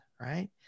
right